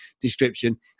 description